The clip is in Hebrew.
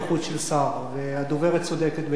הדוברת צודקת בטענתה.